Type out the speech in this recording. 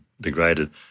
degraded